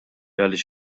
għaliex